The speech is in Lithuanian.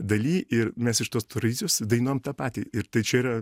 daly ir mes iš tos tradicijos dainom tą patį ir tai čia yra